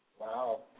Wow